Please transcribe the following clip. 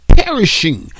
perishing